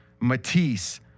Matisse—